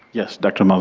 yes, dr. um